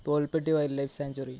Tholpetty wildlife sanctuary